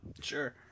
Sure